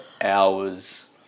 hours